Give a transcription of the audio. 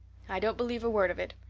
i don't believe a word of it.